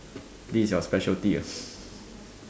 this is your specialty ah